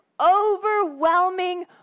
overwhelming